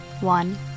one